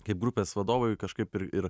kaip grupės vadovui kažkaip ir ir